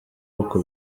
uko